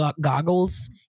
goggles